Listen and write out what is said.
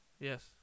Yes